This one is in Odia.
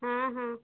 ହଁ ହଁ